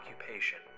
occupation